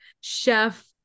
chef